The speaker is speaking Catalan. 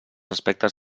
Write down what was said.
aspectes